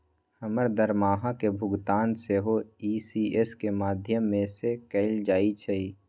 हमर दरमाहा के भुगतान सेहो इ.सी.एस के माध्यमें से कएल जाइ छइ